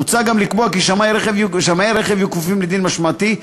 מוצע לקבוע כי שמאי רכב יהיו כפופים לדין משמעתי,